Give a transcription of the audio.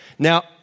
Now